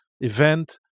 event